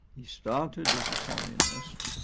he started as a communist,